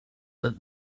that